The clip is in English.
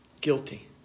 Guilty